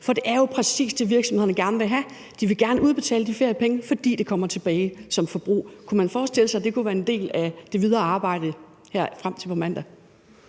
for det er jo præcis det, virksomhederne gerne vil have. De vil gerne udbetale de feriepenge, fordi de kommer tilbage som forbrug. Kunne man forestille sig, at det kunne være en del af det videre arbejde her frem til på mandag?